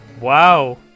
Wow